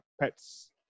Pets